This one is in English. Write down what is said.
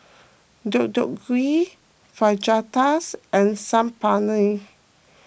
Deodeok Gui Fajitas and Saag Paneer